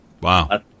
Wow